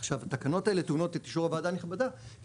התקנות האלה טעונות את אישור הוועדה הנכבדה כי